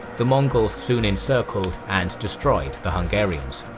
the mongols soon encircled and destroyed the hungarians.